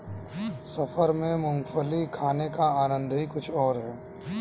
सफर में मूंगफली खाने का आनंद ही कुछ और है